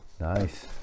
nice